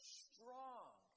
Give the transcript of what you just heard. strong